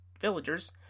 villagers